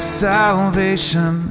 salvation